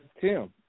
Tim